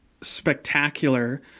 spectacular